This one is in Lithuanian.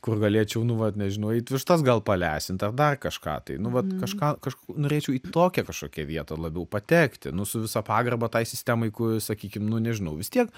kur galėčiau nu vat nežinau eit vištas gal palesint ten dar kažką tai nu vat kažką kažkur norėčiau į tokią kažkokią vietą labiau patekti nu su visa pagarba tai sistemai kur sakykim nu nežinau vis tiek